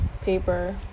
paper